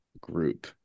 group